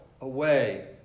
away